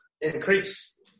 increase